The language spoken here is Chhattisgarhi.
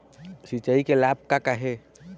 सिचाई के लाभ का का हे?